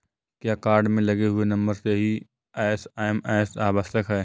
क्या कार्ड में लगे हुए नंबर से ही एस.एम.एस आवश्यक है?